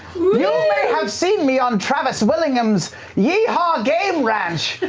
you may have seen me on travis willingham's yee-haw game ranch,